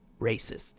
racists